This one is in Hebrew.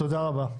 תודה רבה.